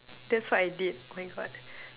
that's what I did my God